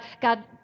God